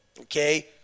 Okay